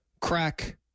Crack